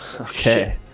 Okay